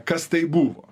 kas tai buvo